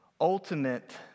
ultimate